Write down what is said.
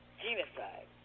genocide